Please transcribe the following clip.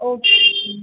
okay ம்